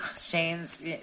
Shane's